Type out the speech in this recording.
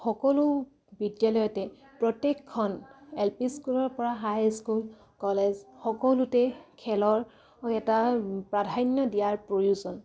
সকলো বিদ্যালয়তে প্ৰত্যেকখন এল পি স্কুলৰ পৰা হাইস্কুল কলেজ সকলোতে খেলৰ এটা প্ৰাধান্য দিয়াৰ প্ৰয়োজন